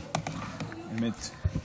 כן, אמת.